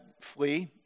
flee